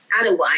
otherwise